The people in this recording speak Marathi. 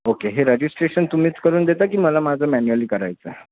ओके हे रजिस्ट्रेशन तुम्हीच करून देता की मला माझं मॅन्युअली करायचं आहे